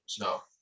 No